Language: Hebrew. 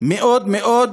מאוד מאוד